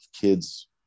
kids